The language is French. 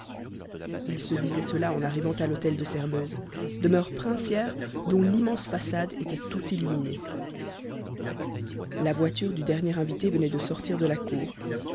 il se disait cela en arrivant à l'hôtel de sairmeuse demeure princière dont l'immense façade était tout illuminée la voiture du dernier invité venait de sortir de la cour